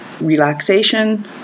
relaxation